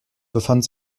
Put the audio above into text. befand